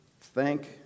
thank